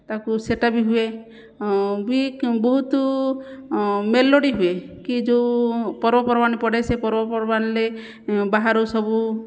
ତାକୁ ସେଇଟା ବି ହୁଏ ବି ବହୁତ ମେଲୋଡ଼ି ହୁଏ କି ଯେଉଁ ପର୍ବପର୍ବାଣି ପଡ଼େ ସେ ପର୍ବପର୍ବାଣିରେ ବାହାରୁ ସବୁ